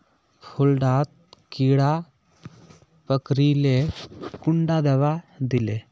फुल डात कीड़ा पकरिले कुंडा दाबा दीले?